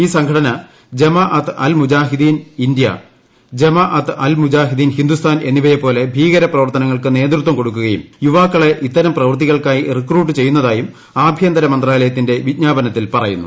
ഈ സംഘടന Jamaat al Mujahideen India Jamaat al Mujahideen Hindustan എന്നിവയെപ്പോലെ ഭീകരപ്രവർത്തന നേതൃത്വം കൊടുക്കുകയും യുവാക്കളെ ങ്ങൾക്ക് ഇത്തരം പ്രവൃത്തികൾക്കായി റിക്രൂട്ട് ചെയ്യുന്നതായും ആഭ്യന്തര മന്ത്രാലയ ത്തിന്റെ വിജ്ഞാപനത്തിൽ പറയുന്നു